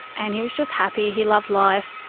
and he was just happy he loved life.